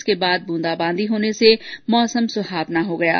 इसके बाद ब्रंदाबांदी होने से मौसम सुहावना हो गया है